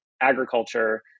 agriculture